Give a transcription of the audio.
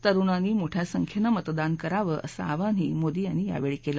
तरुणांनी मोठया संख्येनं मतदान करावं असं आवाहनही मोदी यांनी यावेळी केलं